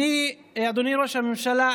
אדוני ראש הממשלה,